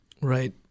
Right